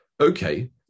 Okay